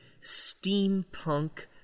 steampunk